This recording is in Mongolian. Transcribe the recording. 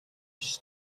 биш